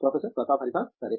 professor Pratap Haridas సరే